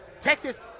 Texas